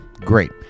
great